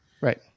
Right